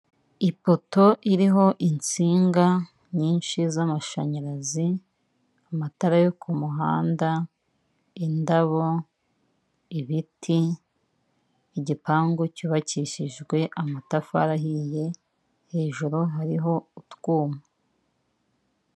Ipoto iriho insinga nyinshi z'amashanyarazi, amatara yo ku kumuhanda, indabo, ibiti, igipangu cyubakishijwe amatafari ahiye, hejuru hariho utwuma.